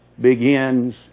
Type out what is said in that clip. begins